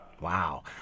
Wow